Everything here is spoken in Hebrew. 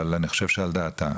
אבל אני חושב שעל דעתה,